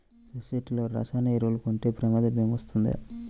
సొసైటీలో రసాయన ఎరువులు కొంటే ప్రమాద భీమా వస్తుందా?